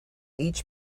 each